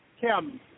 Kim